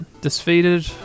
defeated